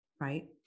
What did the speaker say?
right